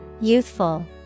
Youthful